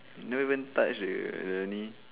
never even touch the the thing